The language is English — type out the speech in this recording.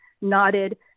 nodded